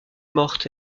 morte